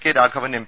K Raghavan M